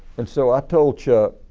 and so i told chuck,